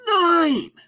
nine